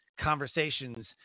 conversations